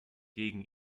gegen